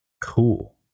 cool